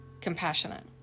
compassionate